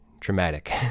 traumatic